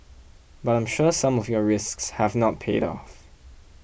but I'm sure some of your risks have not paid off